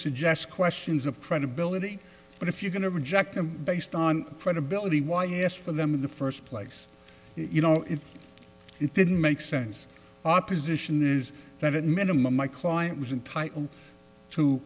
suggests questions of credibility but if you're going to reject them based on credibility why i asked for them in the first place you know if it didn't make sense opposition is that at minimum my client was entitled to